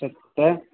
सत